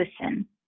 listen